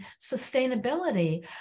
sustainability